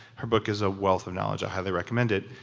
her book is a wealth of knowledge, i highly recommend it.